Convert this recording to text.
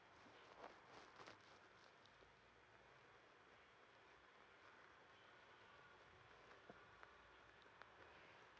mm